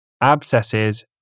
abscesses